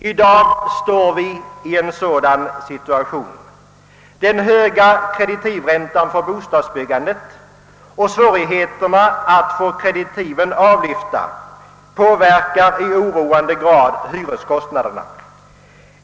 I dag står vi i en sådan situation. Den höga kreditivräntan för bostadsbyggandet och svårigheterna att få kreditiven avlyfta påverkar i oroande grad hyreskostnaderna.